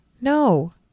No